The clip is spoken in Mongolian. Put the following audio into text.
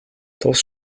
тус